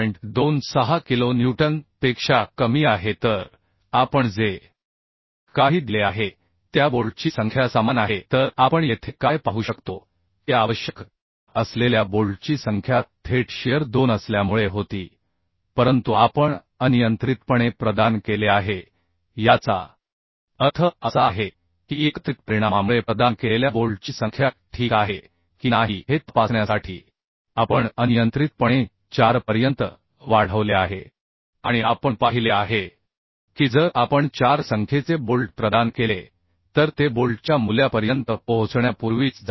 26 kilo newton पेक्षा कमी आहे तर आपण जे काही दिले आहे त्या बोल्टची संख्या समान आहे तर आपण येथे काय पाहू शकतो की आवश्यक असलेल्या बोल्टची संख्या थेट शिअर 2 असल्यामुळे होती परंतु आपण अनियंत्रितपणे प्रदान केले आहे याचा अर्थ असा आहे की एकत्रित परिणामामुळे प्रदान केलेल्या बोल्टची संख्या ठीक आहे की नाही हे तपासण्यासाठी आपण अनियंत्रितपणे 4 पर्यंत वाढवले आहे आणि आपण पाहिले आहे की जर आपण 4 संख्येचे बोल्ट प्रदान केले तर ते बोल्टच्या मूल्यापर्यंत पोहोचण्यापूर्वीच जात आहे